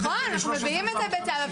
נכון, אנחנו מביאים את זה בצו.